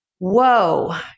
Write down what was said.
Whoa